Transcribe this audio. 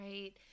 right